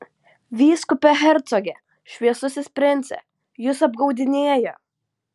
vyskupe hercoge šviesusis prince jus apgaudinėja